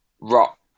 rock